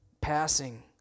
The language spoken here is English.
passing